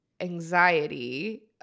anxiety